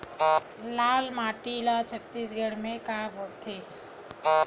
लाल माटी ला छत्तीसगढ़ी मा का बोलथे?